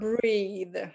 Breathe